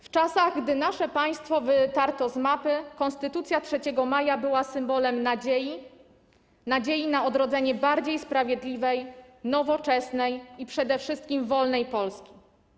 W czasach, gdy nasze państwo wytarto z mapy, Konstytucja 3 maja była symbolem nadziei, nadziei na odrodzenie bardziej sprawiedliwej, nowoczesnej i przede wszystkim wolnej Polski.